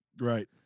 Right